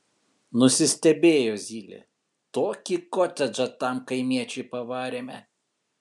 nusistebėjo zylė tokį kotedžą tam kaimiečiui pavarėme